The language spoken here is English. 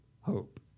hope